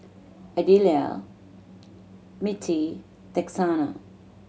Adelia Mittie Texanna